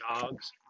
dogs